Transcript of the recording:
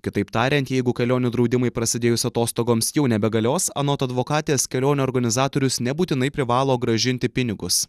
kitaip tariant jeigu kelionių draudimai prasidėjus atostogoms jau nebegalios anot advokatės kelionių organizatorius nebūtinai privalo grąžinti pinigus